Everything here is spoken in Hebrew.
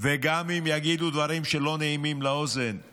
וגם אם יגידו דברים שלא נעימים לאוזן,